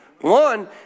One